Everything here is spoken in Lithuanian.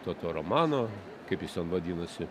to to romano kaip jis ten vadinasi